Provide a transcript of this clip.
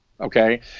Okay